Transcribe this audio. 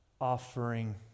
offering